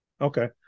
Okay